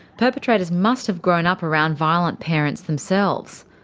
perpetrators must have grown up around violent parents themselves.